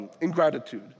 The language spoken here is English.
ingratitude